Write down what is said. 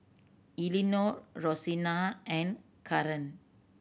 Elinore Rosina and Karan